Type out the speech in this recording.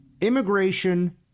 immigration